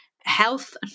health